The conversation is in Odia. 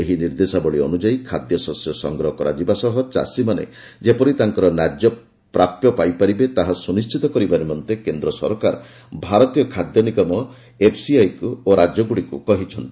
ଏହି ନିର୍ଦ୍ଦେଶାବଳୀ ଅନୁଯାୟୀ ଖାଦ୍ୟଶସ୍ୟ ସଂଗ୍ରହ କରାଯିବା ସହ ଚାଷୀମାନେ ଯେପରି ତାଙ୍କର ନାର୍ଯ୍ୟ ପ୍ରାପ୍ୟ ପାଇପାରିବେ ତାହା ସୁନିଶ୍ଚିତ କରିବା ନିମନ୍ତେ କେନ୍ଦ୍ର ସରକାର ଭାରତୀୟ ଖାଦ୍ୟ ନିଗମ ଏଫ୍ସିଆଇ ଓ ରାଜ୍ୟଗୁଡ଼ିକୁ କହିଚ୍ଚନ୍ତି